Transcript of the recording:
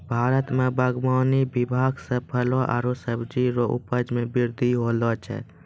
भारत मे बागवानी विभाग से फलो आरु सब्जी रो उपज मे बृद्धि होलो छै